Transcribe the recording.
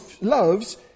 loves